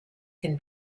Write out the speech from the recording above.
can